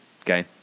okay